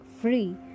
free